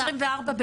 זה מ-24 במאי.